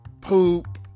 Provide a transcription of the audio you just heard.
poop